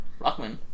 Rockman